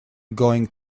going